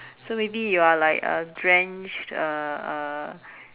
so maybe you're like uh drenched uh uh